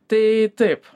tai taip